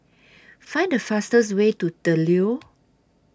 Find The fastest Way to The Leo